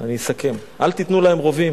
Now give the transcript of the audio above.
נתנו להם רובים,